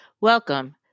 Welcome